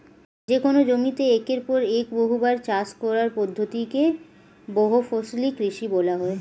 যেকোন জমিতে একের পর এক বহুবার চাষ করার পদ্ধতি কে বহুফসলি কৃষি বলা হয়